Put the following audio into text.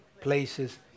places